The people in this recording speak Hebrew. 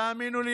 תאמינו לי,